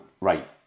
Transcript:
right